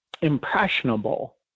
impressionable